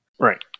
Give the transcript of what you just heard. Right